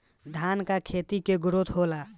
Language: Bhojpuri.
धान का खेती के ग्रोथ होला?